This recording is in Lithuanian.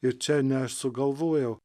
ir čia ne aš sugalvojau